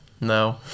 no